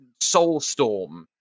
Soulstorm